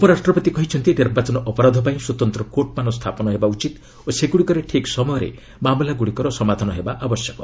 ଉପରାଷ୍ଟ୍ରପତି କହିଛନ୍ତି ନିର୍ବାଚନ ଅପରାଧ ପାଇଁ ସ୍ୱତନ୍ତ୍ର କୋର୍ଟମାନ ସ୍ଥାପନ ହେବା ଉଚିତ ଓ ସେଗୁଡ଼ିକରେ ଠିକ୍ ସୟୟରେ ମାମଲାଗୁଡ଼ିକର ସମାଧାନ ହେବା ଆବଶ୍ୟକ